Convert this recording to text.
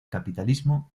capitalismo